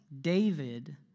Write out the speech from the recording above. David